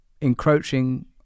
encroaching